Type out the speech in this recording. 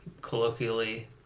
Colloquially